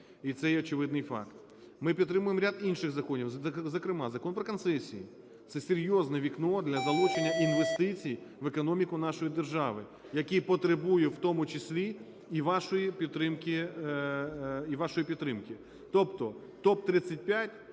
і це є очевидний факт. Ми підтримуємо ряд інших законів, зокрема Закон про концесії – це серйозне вікно для залучення інвестицій в економіку нашої держави, який потребує в тому числі і вашої підтримки. Тобто, топ-35,